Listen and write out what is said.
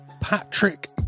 Patrick